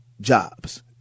jobs